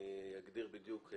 אני אגדיר בדיוק.